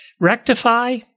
Rectify